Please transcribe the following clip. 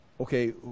Okay